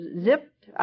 zipped